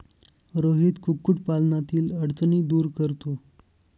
रोहित कुक्कुटपालनातील अडचणी दूर करतो